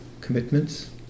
commitments